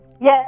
Yes